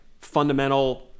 fundamental